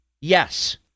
yes